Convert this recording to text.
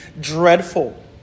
dreadful